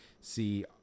see